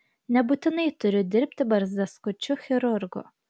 nebūtinai turiu dirbti barzdaskučiu chirurgu